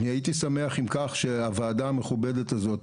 אז אני הייתי שמח אם כך שהוועדה המכובדת הזאת,